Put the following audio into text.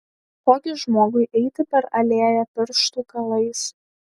ko gi žmogui eiti per alėją pirštų galais